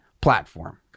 platform